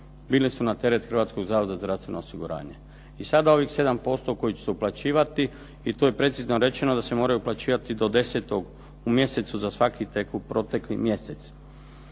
bili su na teret Hrvatskog zavoda za zdravstveno osiguranje. I sada ovih 7% koji će se uplaćivati i to je precizno rečeno da se moraju uplaćivati do 10. u mjesecu za svaki protekli mjesec.